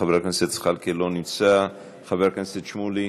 חבר הכנסת זחאלקה, לא נמצא, חבר הכנסת שמולי,